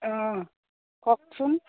অঁ কওকচোন